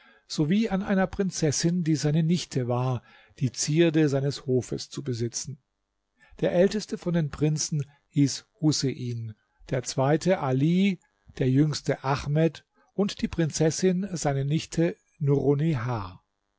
sowie an einer prinzessin die seine nichte war die zierde seines hofes zu besitzen der älteste von den prinzen hieß husein der zweite ali der jüngste ahmed und die prinzessin seine nichte